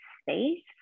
space